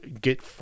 get